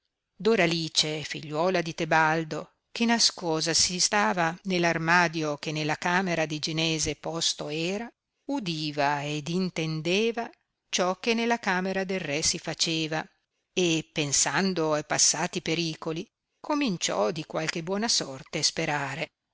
dilettava doralice figliuola di tebaldo che nascosa si stava ne l armaio che nella camera di genese posto era udiva ed intendeva ciò che nella camera del re si faceva e pensando a passati pericoli cominciò di qualche buona sorte sperare